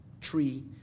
tree